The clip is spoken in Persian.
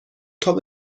تاپ